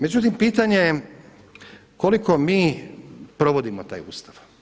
Međutim, pitanje je koliko mi provodimo taj Ustav.